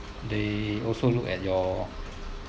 they also look at your